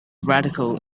radical